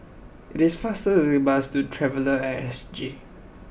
it is faster to take the bus to Traveller at S G